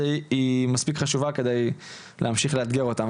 היא מספיק חשובה כדי להמשיך ולאתגר אותם.